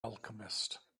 alchemist